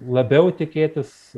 labiau tikėtis